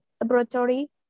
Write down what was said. laboratory